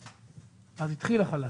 אז התחיל החל"ת.